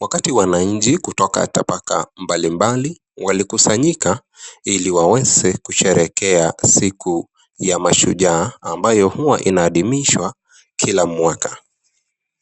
wakati, wanainchi kutoka tabaka mbalimbali walikusanyika ili waweze kusherehekea siku ya mashujaa ambayo huwa inaadimishwa kila mwaka.